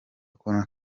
kandi